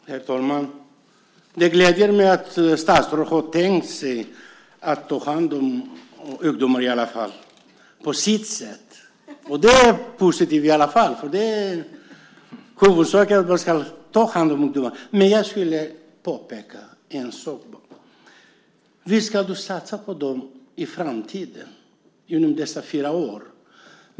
Herr talman! Det gläder mig att statsrådet i alla fall har tänkt sig att ta hand om ungdomar, på sitt sätt. Det är positivt att hon vill försöka ta hand om ungdomar. Men jag skulle vilja påpeka en sak. Visst ska man satsa på dem för framtiden under dessa fyra år.